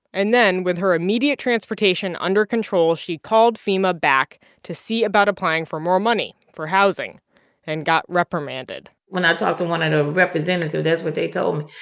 and then, with her immediate transportation under control, she called fema back to see about applying for more money, for housing and got reprimanded when i talked to one and of the representatives, that's what they told um